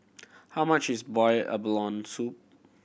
how much is boiled abalone soup